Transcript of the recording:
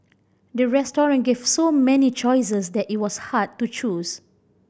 the restaurant gave so many choices that it was hard to choose